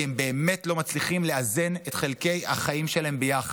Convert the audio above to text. הם באמת לא מצליחים לאזן את חלקי החיים שלהם ביחד.